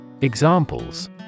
Examples